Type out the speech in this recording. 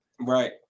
Right